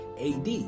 AD